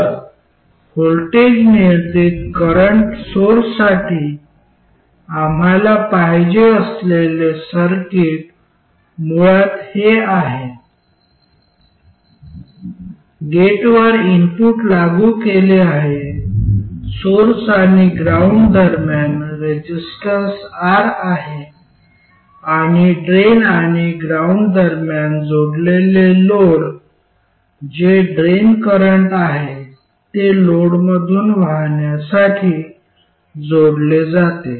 तर व्होल्टेज नियंत्रित करंट सोर्ससाठी आम्हाला पाहिजे असलेले सर्किट मुळात हे आहे गेटवर इनपुट लागू केले आहे सोर्स आणि ग्राउंड दरम्यान रेजिस्टन्स R आहे आणि ड्रेन आणि ग्राउंड दरम्यान जोडलेले लोड जे ड्रेन करंट आहे ते लोडमधून वाहण्यासाठी जोडले जाते